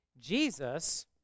Jesus